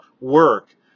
work